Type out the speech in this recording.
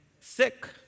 sick